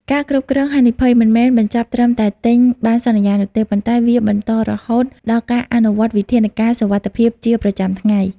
ការគ្រប់គ្រងហានិភ័យ មិនមែនបញ្ចប់ត្រឹមការទិញបណ្ណសន្យានោះទេ ប៉ុន្តែវាបន្តរហូតដល់ការអនុវត្តវិធានការសុវត្ថិភាពប្រចាំថ្ងៃ។